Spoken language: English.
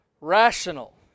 rational